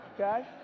okay